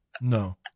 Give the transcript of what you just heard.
No